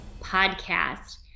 podcast